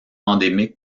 endémique